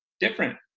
different